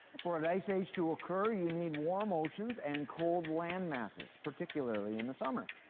for an ice age to occur, you need warm oceans and cold land masses, particularly in the summer.